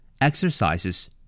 Exercises